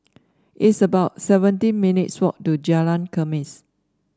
it's about seventeen minutes' walk to Jalan Khamis